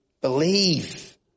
Believe